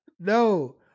No